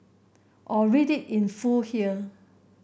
or read it in full here